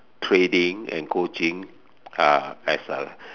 trading and coaching uh as a